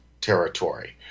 Territory